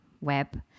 web